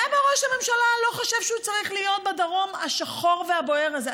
למה ראש הממשלה לא חושב שהוא צריך להיות בדרום השחור והבוער הזה?